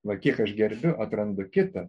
va kiek aš gerbiu atrandu kitą